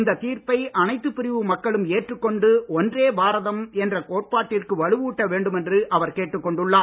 இந்த தீர்ப்பை அனைத்து பிரிவு மக்களும் ஏற்றுக் கொண்டு ஒன்றே பாரதம் என்ற கோட்பாட்டிற்கு வலுவூட்ட வேண்டும் என்று அவர் கேட்டுக் கொண்டுள்ளார்